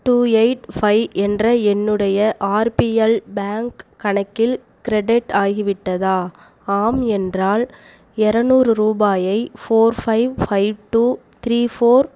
two eight five என்ற எண்ணுடைய RBL bank கணக்கில் கிரெடிட் ஆகிவிட்டதா ஆம் என்றால் இரநூறு ரூபாயை four five five two three four